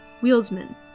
wheelsman